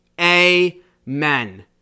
Amen